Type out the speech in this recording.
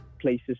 places